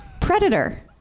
Predator